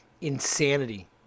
insanity